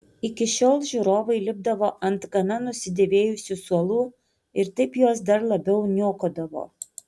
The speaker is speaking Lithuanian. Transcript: iki šiol žiūrovai lipdavo ant gana nusidėvėjusių suolų ir taip juos dar labiau niokodavo